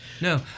No